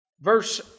verse